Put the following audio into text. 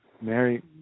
Mary